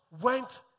went